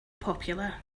popular